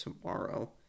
tomorrow